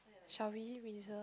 shall we reserve